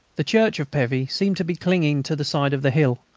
the church of pevy seemed to be clinging to the side of the hill,